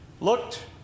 Looked